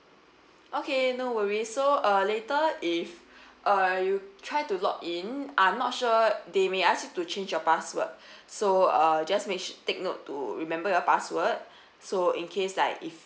okay no worries so uh later if uh you try to log in I'm not sure they may ask you to change your password so uh just make s~ take note to remember your password so in case like if